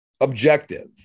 objective